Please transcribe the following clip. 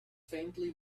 faintly